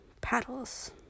paddles